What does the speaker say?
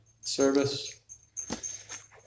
service